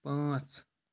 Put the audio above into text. پانٛژ